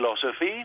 philosophy